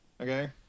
okay